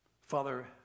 Father